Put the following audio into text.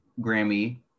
Grammy